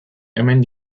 hemen